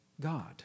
God